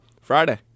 Friday